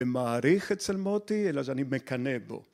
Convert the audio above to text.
במעריך אצל מוטי, אלא שאני מקנה בו.